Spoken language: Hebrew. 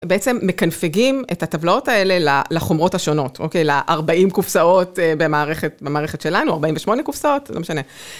בעצם מקנפגים את הטבלאות האלה לחומרות השונות, אוקיי, ל-40 קופסאות במערכת שלנו, 48 קופסאות, לא משנה.